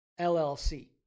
LLC